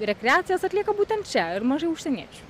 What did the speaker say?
rekreacijas atlieka būtent čia ir mažai užsieniečių